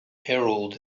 herald